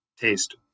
taste